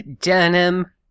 Denim